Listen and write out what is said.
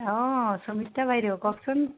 অঁ সমিতা বাইদেউ কওকচোন